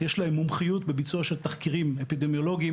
יש להם מומחיות בביצוע של תחקירים אפידמיולוגיים